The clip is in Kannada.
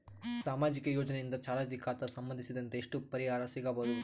ಸಾಮಾಜಿಕ ಯೋಜನೆಯಿಂದ ಚಾಲತಿ ಖಾತಾ ಸಂಬಂಧಿಸಿದಂತೆ ಎಷ್ಟು ಪರಿಹಾರ ಸಿಗಬಹುದು?